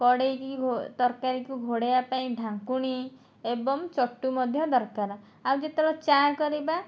କଡ଼େଇକୁ ତରକାରୀକୁ ଘୋଡ଼ାଇବା ପାଇଁ ଢାଙ୍କୁଣୀ ଏବଂ ଚଟୁ ମଧ୍ୟ ଦରକାର ଆଉ ଯେତେବେଳେ ଚା' କରିବା